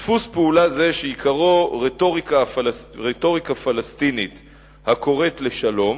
דפוס פעולה זה שעיקרו רטוריקה פלסטינית הקוראת לשלום